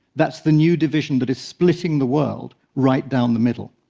that's the new division that is splitting the world right down the middle.